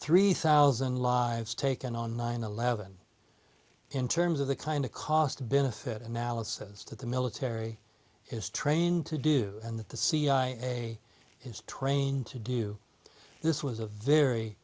three thousand lives taken on nine eleven in terms of the kind of cost benefit analysis that the military is trained to do and that the c i a is trained to do this was a very